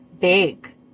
big